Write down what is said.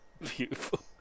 Beautiful